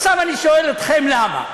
עכשיו, אני שואל אתכם למה.